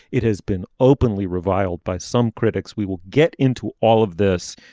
it has been openly reviled by some critics. we will get into all of this.